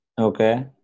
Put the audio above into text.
Okay